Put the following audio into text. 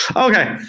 okay.